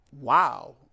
wow